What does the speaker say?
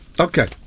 Okay